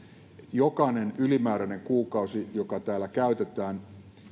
jokainen ylimääräinen kuukausi joka täällä käytetään